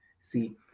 See